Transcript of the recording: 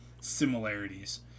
similarities